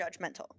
judgmental